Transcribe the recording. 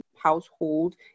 household